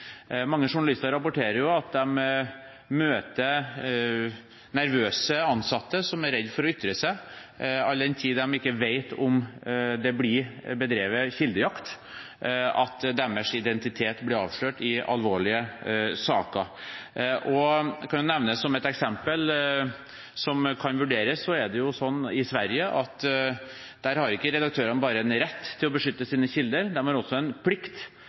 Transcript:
Mange journalister rapporterer jo at de møter nervøse ansatte som er redd for å ytre seg, all den tid de ikke vet om det blir bedrevet kildejakt, og om deres identitet blir avslørt i alvorlige saker. Jeg kan nevne som et eksempel, som kan vurderes: I Sverige har ikke redaktørene bare en rett til å beskytte sine kilder; de har også en plikt